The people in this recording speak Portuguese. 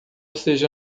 seja